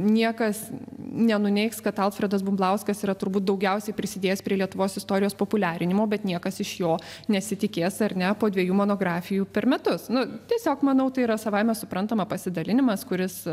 niekas nenuneigs kad alfredas bumblauskas yra turbūt daugiausiai prisidėjęs prie lietuvos istorijos populiarinimo bet niekas iš jo nesitikės ar ne po dviejų monografijų per metus nu tiesiog manau tai yra savaime suprantama pasidalinimas kuris